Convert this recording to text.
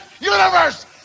universe